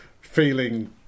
feeling